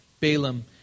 Balaam